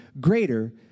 greater